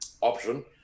option